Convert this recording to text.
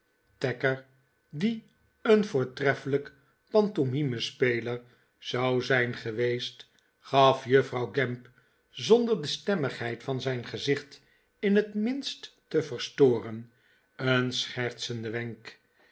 tacker die een voortreffelijk pantomimespeler zou zijn geweest gaf juffrouw gamp zonder de stemmigheid van zijn gezicht in het minst te verstoren een schertsenden wenk